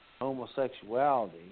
homosexuality